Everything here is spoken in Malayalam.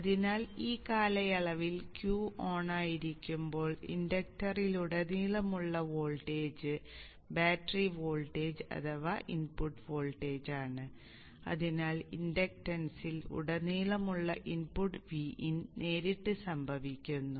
അതിനാൽ ഈ കാലയളവിൽ Q ഓൺ ആയിരിക്കുമ്പോൾ ഇൻഡക്ടറിലുടനീളമുള്ള വോൾട്ടേജ് ബാറ്ററി വോൾട്ടേജ് അഥവാ ഇൻപുട്ട് വോൾട്ടേജാണ് അതിനാൽ ഇൻഡക്റ്റൻസിൽ ഉടനീളമുള്ള ഇൻപുട്ടിൽ Vin നേരിട്ട് സംഭവിക്കുന്നു